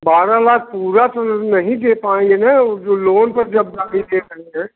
बारह लाख पूरा तो नहीं दे पाएँगे ना वो जो लोन पर जब गाड़ी दे देंगे